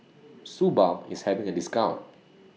Suu Balm IS having A discount